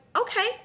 okay